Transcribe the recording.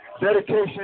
Dedication